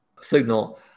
signal